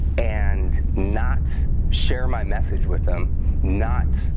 and not share my message with them not